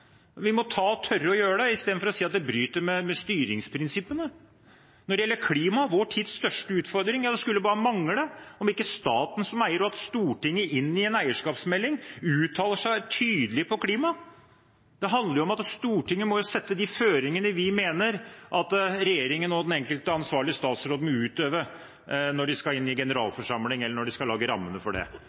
istedenfor å si at det bryter med styringsprinsippene. Når det gjelder klima, vår tids største utfordring, skulle det bare mangle at staten som eier og Stortinget i en eierskapsmelding uttaler seg tydelig om klima. Det handler jo om at Stortinget må legge føringene for regjeringen og den enkelte ansvarlige statsråds utøvelse når de skal inn i generalforsamling, eller når de skal lage rammene for det.